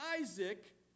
Isaac